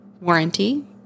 warranty